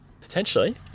Potentially